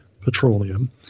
petroleum